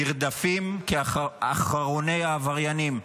נרדפים כאחרוני העבריינים.